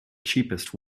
cheapest